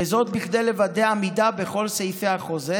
וזאת כדי לוודא עמידה בכל סעיפי החוזה